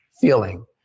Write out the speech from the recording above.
feeling